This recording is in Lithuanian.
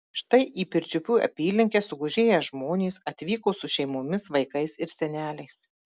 štai į pirčiupių apylinkes sugužėję žmonės atvyko su šeimomis vaikais ir seneliais